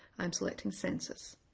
i'm selecting census.